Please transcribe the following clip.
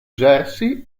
jersey